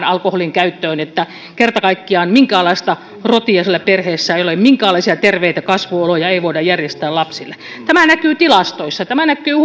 alkoholinkäyttöön että kerta kaikkiaan minkäänlaista rotia siellä perheessä ei ole minkäänlaisia terveitä kasvuoloja ei voida järjestää lapsille tämä näkyy tilastoissa tämä näkyy